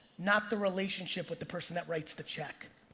not the relationship with the person that writes the check